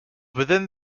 within